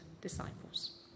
disciples